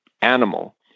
animal